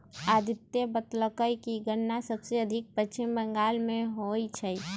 अदित्य बतलकई कि गन्ना सबसे अधिक पश्चिम बंगाल में होई छई